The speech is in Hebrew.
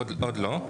עוד לא.